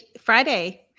Friday